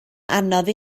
anodd